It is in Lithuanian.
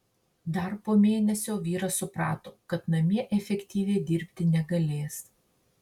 dar po mėnesio vyras suprato kad namie efektyviai dirbti negalės